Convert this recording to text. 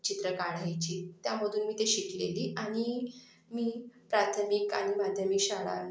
चित्र काढायची त्यामधून मी ते शिकलेली आणि मी प्राथमिक आणि माध्यमिक शाळां